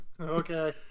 Okay